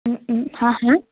হা হা